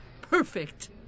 perfect